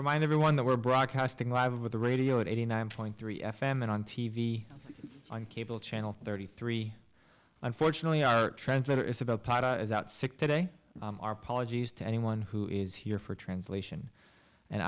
remind everyone that we're broadcasting live with the radio at eighty nine point three f m and on t v on cable channel thirty three unfortunately our translator is about as out sick today our policies to anyone who is here for translation and